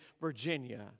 Virginia